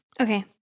Okay